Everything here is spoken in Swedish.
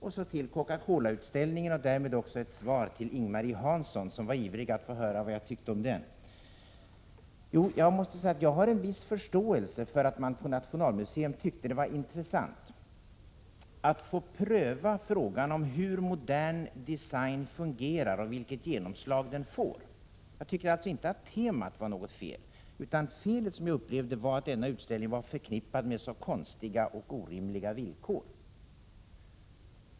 Sedan till Coca Cola-utställningen och därmed också ett svar till Ing-Marie Hansson, som var ivrig att få höra vad jag tyckte om den. Jag har en viss förståelse för att man på Nationalmuseum tyckte att det var intressant att pröva frågan hur modern design fungerar och vilket genomslag den får. Temat var det inget fel på. Felet med utställningen var i stället att den var förknippad med så konstiga och orimliga villkor.